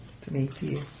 To-me-to-you